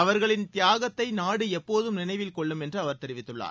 அவர்களின் தியாகத்தை நாடு எப்போதும் நினைவில் கொள்ளும் என்றும் அவர் தெரிவித்துள்ளார்